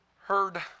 heard